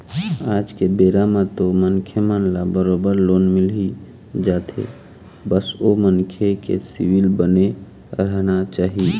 आज के बेरा म तो मनखे मन ल बरोबर लोन मिलही जाथे बस ओ मनखे के सिविल बने रहना चाही